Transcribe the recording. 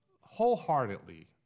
wholeheartedly